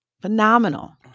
Phenomenal